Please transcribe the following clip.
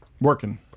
Working